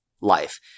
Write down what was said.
life